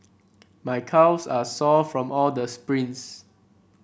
my calves are sore from all the sprints